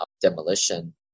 demolition